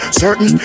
certain